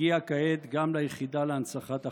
הגיעה כעת גם ליחידה להנצחת החייל.